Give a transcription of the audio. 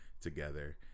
together